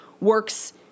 works